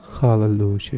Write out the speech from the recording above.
hallelujah